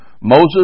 Moses